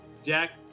Jack-